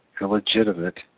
illegitimate